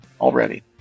already